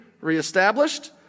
reestablished